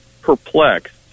perplexed